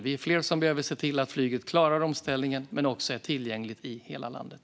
Vi är fler som behöver se till att flyget klarar omställningen men också är tillgängligt i hela landet.